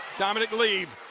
dominick, leave,